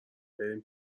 کنهبریم